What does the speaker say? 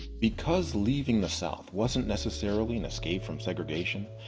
because leaving the south wasn't necessarily an escape from segregation,